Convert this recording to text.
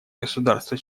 государства